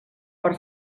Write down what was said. per